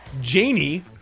Janie